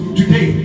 today